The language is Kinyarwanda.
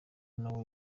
nawe